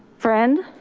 friend.